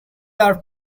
are